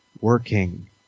working